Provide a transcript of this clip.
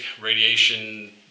radiation